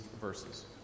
verses